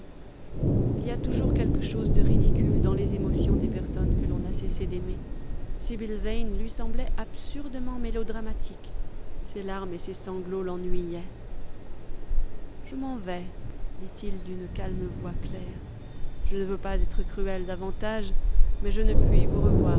il y a toujours quelque chose de ridicule dans les émotions des personnes que l'on a cessé d'aimer sibyl yane lui semblait absurdement mélodramatique ses larmes et ses sanglots l'ennuyaient je m'en vais dit-il d'une calme voix claire je ne veux pas être cruel davantage mais je ne puis vous revoir